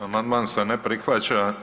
Amandman se ne prihvaća.